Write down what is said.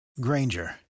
Granger